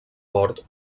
bord